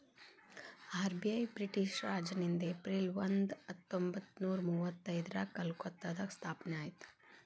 RBI British ರಾಜನಿಂದ April ಒಂದ ಹತ್ತೊಂಬತ್ತನೂರ ಮುವತ್ತೈದ್ರಾಗ ಕಲ್ಕತ್ತಾದಾಗ ಸ್ಥಾಪನೆ ಆಯ್ತ್